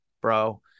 bro